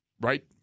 right